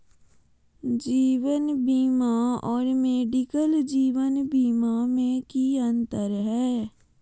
जीवन बीमा और मेडिकल जीवन बीमा में की अंतर है?